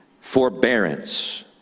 forbearance